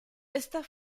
esta